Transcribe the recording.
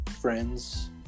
friends